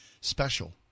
special